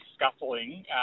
scuffling